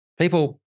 people